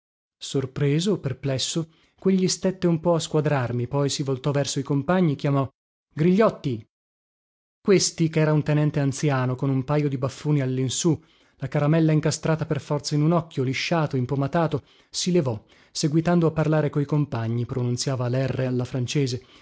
sorpreso perplesso quegli stette un po a squadrarmi poi si voltò verso i compagni chiamò grigliotti questi chera un tenente anziano con un pajo di baffoni allinsù la caramella incastrata per forza in un occhio lisciato impomatato si levò seguitando a parlare coi compagni